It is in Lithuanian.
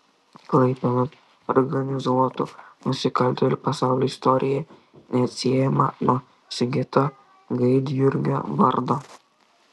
klaipėdos organizuotų nusikaltėlių pasaulio istorija neatsiejama nuo sigito gaidjurgio vardo